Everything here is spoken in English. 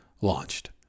launched